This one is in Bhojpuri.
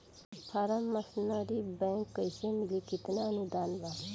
फारम मशीनरी बैक कैसे मिली कितना अनुदान बा?